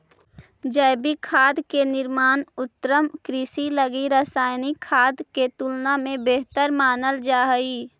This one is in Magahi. जैविक खाद के निर्माण उन्नत कृषि लगी रासायनिक खाद के तुलना में बेहतर मानल जा हइ